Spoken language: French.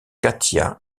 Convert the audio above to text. katia